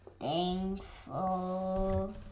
thankful